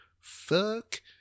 fuck